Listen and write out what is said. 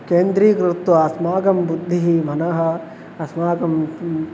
केन्द्रीकृत्य अस्माकं बुद्धिः मनः अस्माकं किं